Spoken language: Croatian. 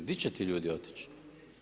Gdje će ti ljudi otići?